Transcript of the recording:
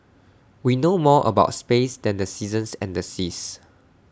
we know more about space than the seasons and the seas